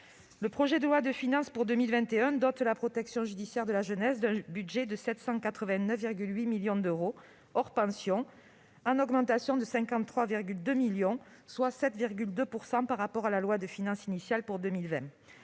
Le projet de loi de finances pour 2021 dote la protection judiciaire de la jeunesse d'un budget de 789,8 millions d'euros hors pensions, en augmentation de 53,2 millions d'euros, soit 7,2 %, par rapport à la loi de finances initiale pour 2020.